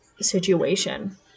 situation